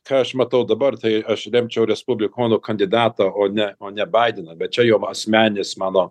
ką aš matau dabar tai aš remčiau respublikonų kandidatą o ne o ne baideną bet čia jau asmeninis mano